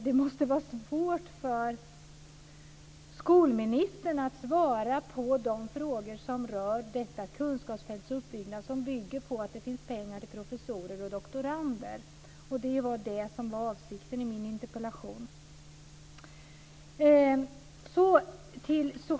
Det måste vara svårt för skolministern att svara på de frågor som rör detta kunskapsfälts uppbyggnad som bygger på att det finns pengar till professorer och doktorander, vilket var avsikten med min interpellation.